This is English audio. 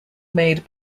made